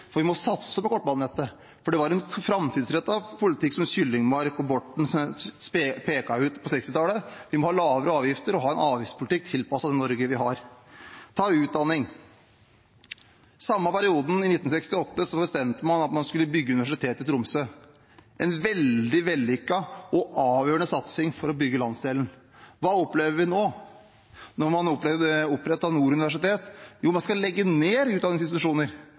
for vi må satse på kortbanenettet. Det var en framtidsrettet politikk Kyllingmark og Borten pekte ut på 1960-tallet. Vi må ha lavere avgifter og en avgiftspolitikk tilpasset det Norge vi har. Ta utdanning. I samme periode, i 1968, bestemte man at man skulle bygge et universitet i Tromsø – en veldig vellykket og avgjørende satsing for å bygge landsdelen. Hva opplever vi nå? Man opprettet Nord universitet, men nå skal man legge ned utdanningsinstitusjoner.